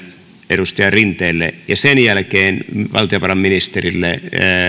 edustaja rinteelle ja sen jälkeen valtiovarainministerille